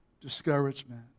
discouragement